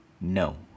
No